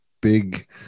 big